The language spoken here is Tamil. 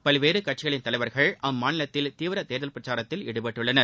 பல்வேறு கட்சிகளின் தலைவர்கள் அம்மாநிலத்தில் தீவிர தேர்தல் பிரச்சாரத்தில் ஈடுபட்டுள்ளனர்